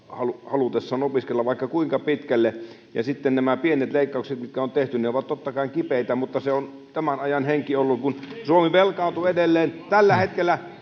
halutessaan opiskella vaikka kuinka pitkälle sitten nämä pienet leikkaukset mitkä on tehty ovat totta kai kipeitä mutta se on tämän ajan henki ollut kun suomi velkaantuu edelleen tällä hetkellä